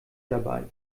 dabei